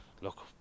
look